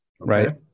Right